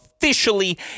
Officially